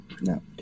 no